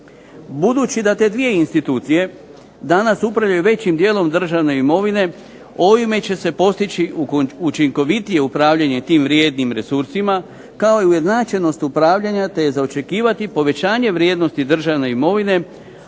Budući da te dvije institucije danas upravljaju većim dijelom državne imovine ovime će se postići učinkovitije upravljanje tim vrijednim resursima, kao i ujednačenost upravljanja te je za očekivati povećanje vrijednosti državne imovine,